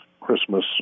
Christmas